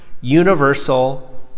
universal